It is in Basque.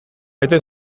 bete